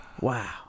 Wow